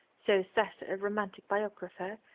so saith a romantic biographer,